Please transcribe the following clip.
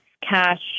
Cash